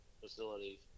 facilities